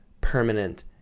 permanent